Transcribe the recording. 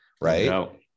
right